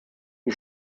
die